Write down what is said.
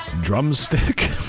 Drumstick